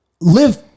live